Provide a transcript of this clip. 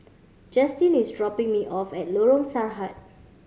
Justyn is dropping me off at Lorong Sarhad